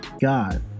God